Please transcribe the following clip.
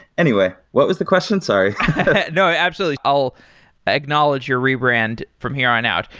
anyway, what was the question? sorry no, absolutely. i'll acknowledge your rebrand from here on out.